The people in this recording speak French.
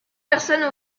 personnes